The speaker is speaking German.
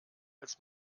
als